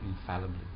infallibly